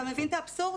אתה מבין את האבסורד?